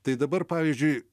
tai dabar pavyzdžiui